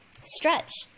Stretch